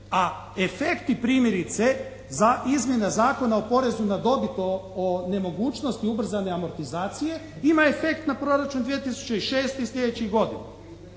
a efekti primjerice za izmjene Zakona o porezu na dobit o nemogućnosti ubrzane amortizacije ima efekt na proračun 2006. i sljedećih godina.